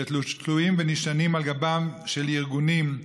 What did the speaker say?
שתלויים ונשענים על גבם של ארגונים,